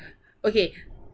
okay